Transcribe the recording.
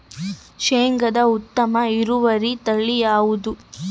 ಶೇಂಗಾದ ಉತ್ತಮ ಇಳುವರಿ ತಳಿ ಯಾವುದು?